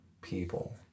people